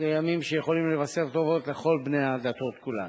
זה ימים שיכולים לבשר טובות לכל בני הדתות כולם.